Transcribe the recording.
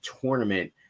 tournament